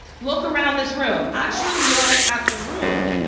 look around this room, actually look at the room.